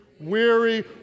Weary